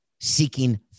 seeking